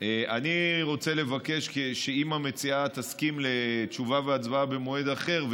אני רוצה לבקש שאם המציעה תסכים לתשובה והצבעה במועד אחר,